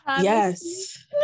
Yes